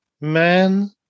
man